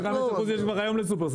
55% יש כבר היום לשופרסל.